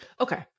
Okay